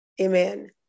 Amen